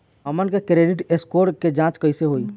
हमन के credit score के जांच कैसे होइ?